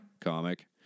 comic